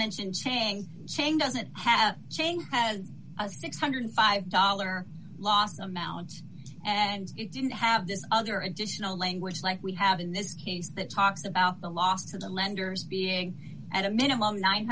mention chang chang doesn't have chain has a six hundred and five dollars loss amount and it didn't have this other additional language like we have in this case that talks about the loss to the lenders being at a minimum nine